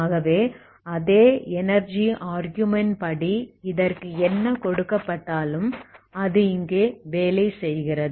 ஆகவே அதே energy argument படி இதற்கு என்ன கொடுக்கப்பட்டாலும் அது இங்கே வேலை செய்கிறது